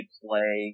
play